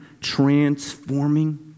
transforming